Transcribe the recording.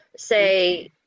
say